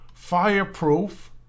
Fireproof